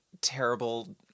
terrible